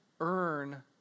earn